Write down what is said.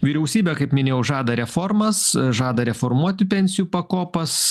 vyriausybė kaip minėjau žada reformas žada reformuoti pensijų pakopas